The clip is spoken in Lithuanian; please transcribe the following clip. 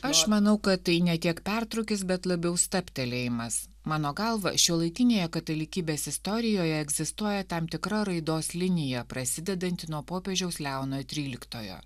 aš manau kad tai ne tiek pertrūkis bet labiau stabtelėjimas mano galva šiuolaikinėje katalikybės istorijoje egzistuoja tam tikra raidos linija prasidedanti nuo popiežiaus leono tryliktojo